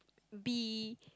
be